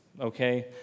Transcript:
Okay